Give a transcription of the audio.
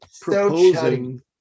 proposing